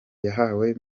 yahawe